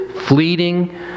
fleeting